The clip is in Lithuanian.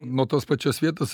nuo tos pačios vietos